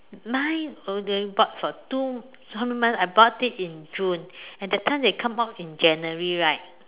mine only bought for two how many months I bought it in June and that time they come out in January right